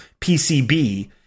PCB